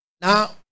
now